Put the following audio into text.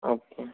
okay